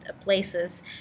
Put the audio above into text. places